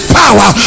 power